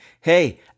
Hey